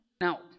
Now